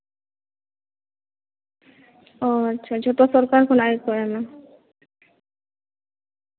ᱚ ᱟᱪᱪᱷᱟ ᱡᱚᱛᱚ ᱥᱚᱨᱠᱟᱨ ᱠᱷᱚᱱᱟᱜ ᱜᱮᱠᱚ ᱮᱢᱟ